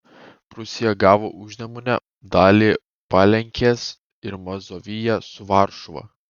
prūsija gavo užnemunę dalį palenkės ir mazoviją su varšuva